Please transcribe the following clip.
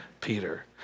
Peter